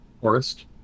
Forest